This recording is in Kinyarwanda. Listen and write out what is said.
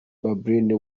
balbine